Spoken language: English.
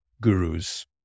gurus